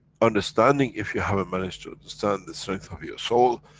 understanding, if you haven't managed to understand the strength of your soul,